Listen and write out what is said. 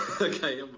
Okay